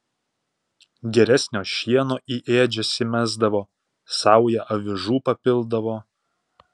geresnio šieno į ėdžias įmesdavo saują avižų papildavo